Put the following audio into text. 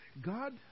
God